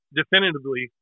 definitively